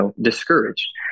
discouraged